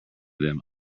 them